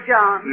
John